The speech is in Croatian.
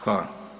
Hvala.